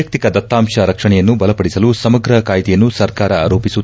ವೈಯಕ್ತಿಕ ದತ್ತಾಂಶ ರಕ್ಷಣೆಯನ್ನು ಬಲಪಡಿಸಲು ಸಮಗ್ರ ಕಾಯಿದೆಯನ್ನು ಸರ್ಕಾರ ರೂಪಿಸುತ್ತಿದೆ